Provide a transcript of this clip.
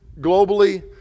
globally